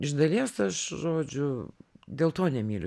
iš dalies aš žodžiu dėl to nemyliu